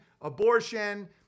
abortion